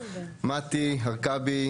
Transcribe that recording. מטי הרכבי,